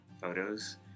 photos